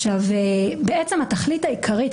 התכלית העיקרית,